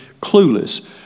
clueless